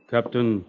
Captain